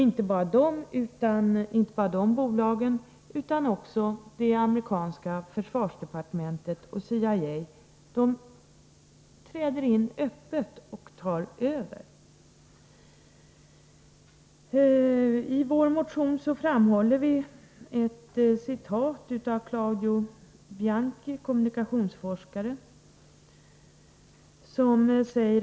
Inte bara dessa bolag utan också det amerikanska försvarsdepartementet och CIA träder in öppet och tar över. I vår motion framhåller vi ett citat av kommunikationsforskaren Claudio Bianchi.